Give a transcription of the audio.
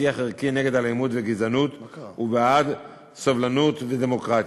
שיח ערכי נגד אלימות וגזענות ובעד סובלנות ודמוקרטיה,